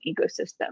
ecosystem